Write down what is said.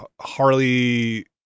Harley